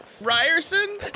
Ryerson